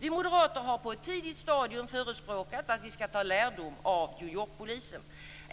Vi moderater har på ett tidigt stadium förespråkat att vi skall ta lärdom av New Yorkpolisen.